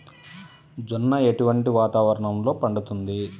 జొన్న ఎటువంటి వాతావరణంలో పండుతుంది?